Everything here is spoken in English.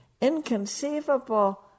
inconceivable